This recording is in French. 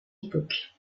époque